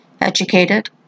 educated